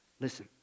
Listen